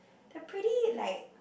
they're pretty like